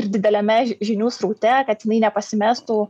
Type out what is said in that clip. ir dideliame žinių sraute kad jinai nepasimestų